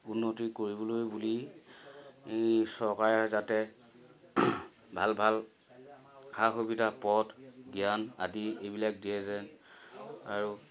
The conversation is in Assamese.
উন্নতি কৰিবলৈ বুলি চৰকাৰে যাতে ভাল ভাল সা সুবিধা পথ জ্ঞান আদি এইবিলাক দিয়ে যেন আৰু